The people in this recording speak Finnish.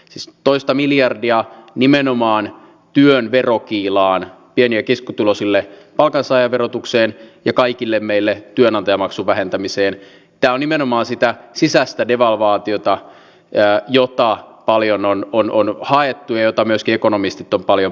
sis toista miljardia nimenomaan työn verokiilaan pieniä keskotuloisille palkansaajan verotukseen ja kaikille meille työnantajamaksun vähentämiseen ja nimenomaan sitä sisäistä devalvaatiota ja johtaa paljon on kun on haettu jota myöskin ekonomistita paljon